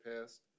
past